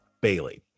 Bailey